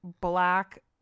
black